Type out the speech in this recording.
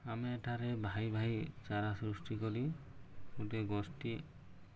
ଆମେ ଏଠାରେ ଭାଇ ଭାଇ ଚାରା ସୃଷ୍ଟି କରି ଗୋଟେ ଗୋଷ୍ଠୀ